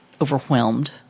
overwhelmed